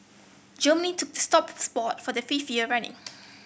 Germany took the top spot for the fifth year running